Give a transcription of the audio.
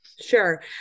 Sure